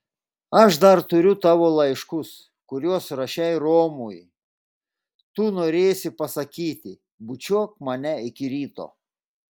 aš dar turiu tavo laiškus kuriuos rašei romui tu norėsi pasakyti bučiuok mane iki ryto